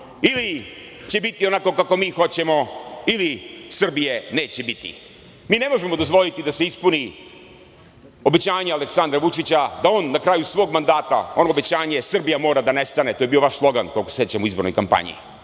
ili će biti onako kako mi hoćemo ili Srbije neće biti. Mi ne možemo dozvoliti da se ispuni obećanje Aleksandra Vučića da on na kraju svog mandata ono obećanje – Srbija mora da nestane, to je bio vaš slogan, koliko se sećam, u izbornoj kampanji